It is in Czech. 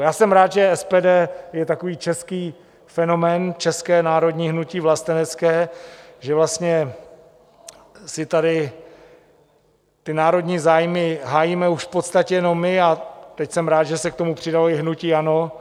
Já jsem rád, že SPD je takový český fenomén, české národní hnutí vlastenecké, že vlastně si tady ty národní zájmy hájíme už v podstatě jenom my, a teď jsem rád, že se k tomu přidalo i hnutí ANO.